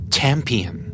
Champion